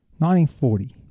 1940